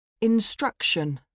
Instruction